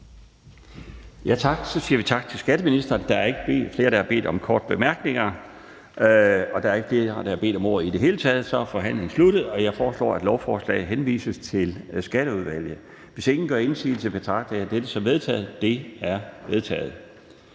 Tak. Så siger vi tak til skatteministeren. Der er ikke flere, der har bedt om korte bemærkninger, og der er ikke flere, der har bedt om ordet i det hele taget. Jeg foreslår, at lovforslaget henvises til Skatteudvalget. Hvis ingen gør indsigelse, betragter jeg dette som vedtaget. Det er vedtaget.